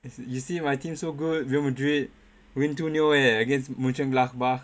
as you see my team so good Real Madrid win two nil eh against Monchengladbach